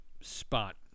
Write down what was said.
spot